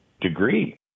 degree